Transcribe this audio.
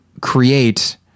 create